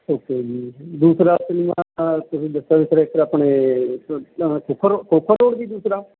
okay ਜੀ ਦੂਸਰਾ ਆਪਣੀਆਂ ਜਿਸ ਤਰ੍ਹਾਂ ਕਿ ਆਪਣੇ ਰੋਡ ਜੀ ਦੂਸਰਾ